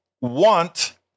want